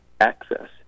access